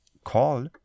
call